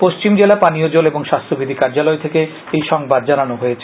পশ্চিম জেলা পানীয় জল ও স্বাস্যবিধি কার্যালয় থেকে এ সংবাদ জানানো হয়েছে